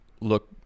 look